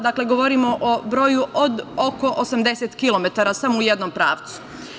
Dakle, govorimo o broju od oko 80 km samo u jednom pravcu.